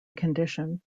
condition